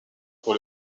pour